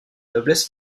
noblesse